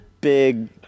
big